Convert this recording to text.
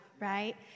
right